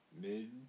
mid